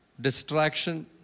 distraction